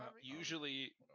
usually